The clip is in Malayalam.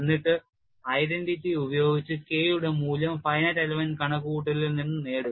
എന്നിട്ട് ഐഡന്റിറ്റി ഉപയോഗിച്ച് K യുടെ മൂല്യം finite element കണക്കുകൂട്ടലിൽ നിന്ന് നേടുക